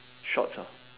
shorts ah